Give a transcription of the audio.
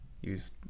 use